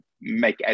make